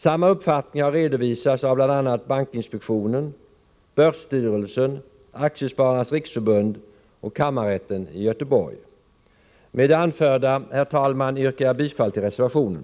Samma uppfattning har redovisats av bl.a. bankinspektionen, börsstyrelsen, Aktiespararnas riksförbund och kammarrätten i Göteborg. Herr talman! Med det anförda yrkar jag bifall till reservationen.